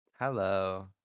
Hello